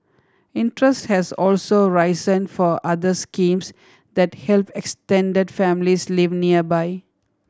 interest has also risen for other schemes that help extended families live nearby